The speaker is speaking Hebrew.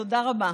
תודה רבה.